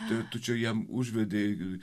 tu čia jam užvedei